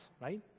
right